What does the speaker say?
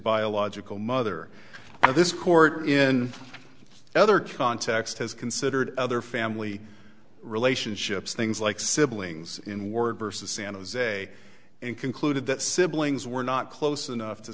biological mother and this court in other context has considered other family relationships things like siblings in word versus san jose and concluded that siblings were not close enough to